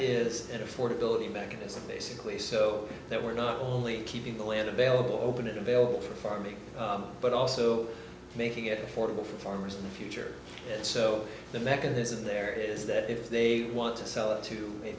is an affordability mechanism basically so that we're not only keeping the land available open it available for farming but also making it affordable for farmers in the future so the mechanism there is that if they want to sell it to a